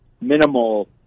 minimal